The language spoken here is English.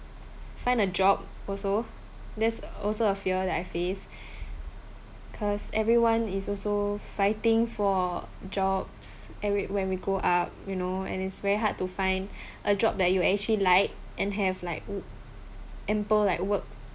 find a job also there's also a fear that I face cause everyone is also fighting for jobs and when we grow up you know and it's very hard to find a job that you actually like and have like ample like work